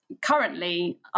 currently